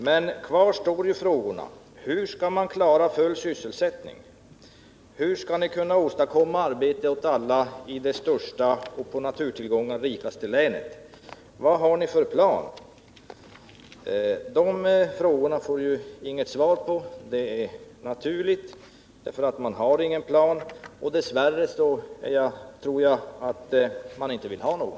Men kvar står frågorna: Hur skall man åstadkomma full sysselsättning? Hur skall man kunna skapa arbete åt alla i det största och på naturtillgångar rikaste länet? Vilken plan har ni? De frågorna får vi helt naturligt inga svar på, eftersom man inte har någon plan. Dess värre tror jag att man inte heller vill ha någon.